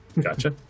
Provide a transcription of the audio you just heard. gotcha